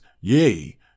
yea